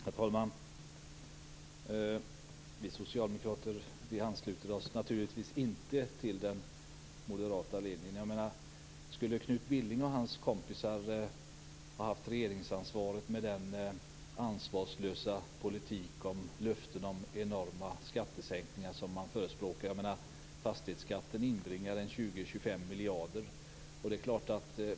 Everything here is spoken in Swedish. Herr talman! Vi socialdemokrater ansluter oss naturligtvis inte till den moderata linjen. Hur skulle det ha sett ut om Knut Billing och hans kompisar hade haft regeringsansvaret med den ansvarslösa politiken med löften om enorma skattesänkningar som man förespråkar? Fastighetsskatten inbringar 20-25 miljarder.